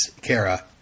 Kara